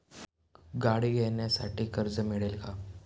गाडी घेण्यासाठी कर्ज मिळेल का?